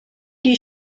die